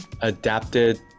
adapted